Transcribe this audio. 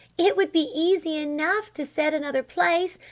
it would be easy enough to set another place!